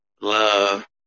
love